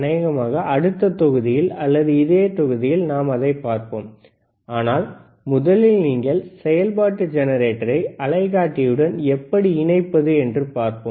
அநேகமாக அடுத்த தொகுதியில் அல்லது இதே தொகுதியில் நாம் பார்ப்போம் ஆனால் முதலில் செயல்பாட்டு ஜெனரேட்டரை அலைக்காட்டியுடன் எவ்வாறு இணைப்பது என்று பார்ப்போம்